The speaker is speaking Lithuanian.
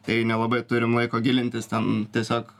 tai nelabai turim laiko gilintis ten tiesiog